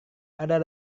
ada